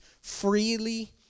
freely